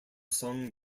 sung